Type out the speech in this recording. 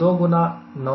2 गुना 98